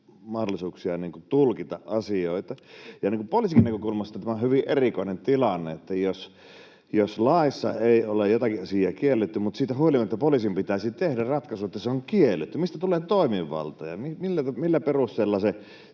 mahdollisuuksia tulkita asioita. Poliisinkin näkökulmasta tämä on hyvin erikoinen tilanne, kun laissa ei ole jotakin asiaa kielletty mutta siitä huolimatta poliisin pitäisi tehdä ratkaisu, että se on kielletty. Mistä tulee toimivalta, ja millä perusteella se